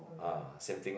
ah same thing ah